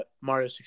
Mario